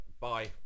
Bye